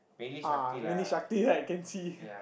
ah mainly Shakti right can see